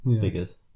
figures